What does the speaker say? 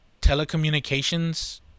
telecommunications